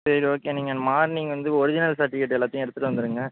சரி ஓகே நீங்கள் மார்னிங் வந்து ஒரிஜினல் சட்டிவிகேட் எல்லாத்தையும் எடுத்துட்டு வந்துடுங்க